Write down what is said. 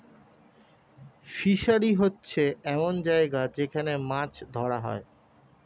fishery হচ্ছে এমন জায়গা যেখান মাছ ধরা হয়